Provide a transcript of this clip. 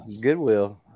goodwill